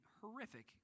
horrific